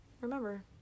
remember